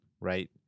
right